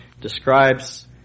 describes